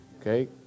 Okay